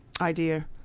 idea